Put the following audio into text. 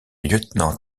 lieutenant